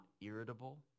irritable